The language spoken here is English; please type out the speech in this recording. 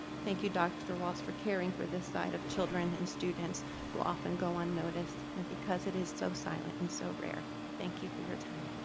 thank you, dr. walts, for caring for this side of children and students who often go unnoticed and because it is so silent and so rare. thank you for your time.